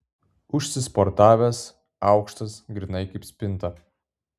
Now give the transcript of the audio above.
užsisportavęs aukštas grynai kaip spinta